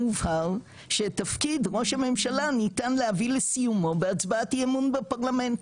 מובהר שתפקיד ראש הממשלה ניתן להביא לסיומו בהצבעת אי אמון בפרלמנט,